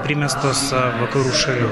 primestos vakarų šalių